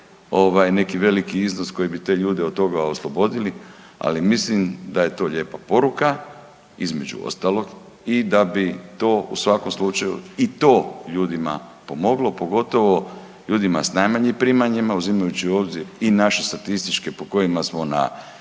neki veliki iznos koji bi te ljude od toga oslobodili, ali mislim da je to lijepa poruka između ostalog i da bi to u svakom slučaju i to ljudima pomoglo, pogotovo ljudima s najmanjim primanjima uzimajući u obzir i naše statističke po kojima smo na